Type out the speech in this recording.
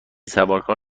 سوارکار